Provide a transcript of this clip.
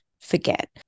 forget